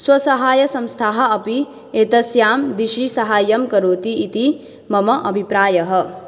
स्वसहायसंस्थाः अपि एतस्यां दिशि सहायं करोति इति मम अभिप्रायः